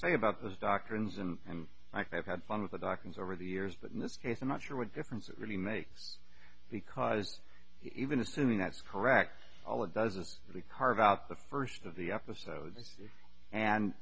say about those doctrines and i have had fun with the dockings over the years but in this case i'm not sure what difference it really makes because even assuming that's correct all it does is really carve out the first of the episode